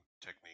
technique